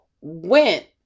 went